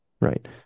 right